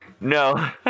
no